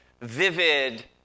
vivid